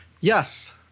Yes